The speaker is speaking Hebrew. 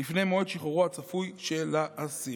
לפני מועד שחרורו הצפוי של האסיר.